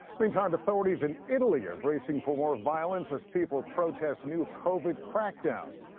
meantime, authorities in italy are bracing for more violence as people protest new covid crackdowns.